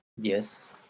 yes